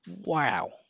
wow